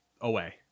away